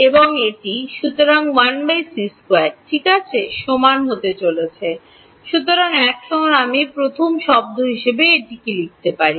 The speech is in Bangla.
এবং এটি সুতরাং 1 c2 ঠিক আছে সমান হতে চলেছে সুতরাং এখন আমি প্রথম শব্দ হিসাবে এটি কি লিখতে হবে